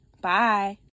Bye